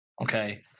okay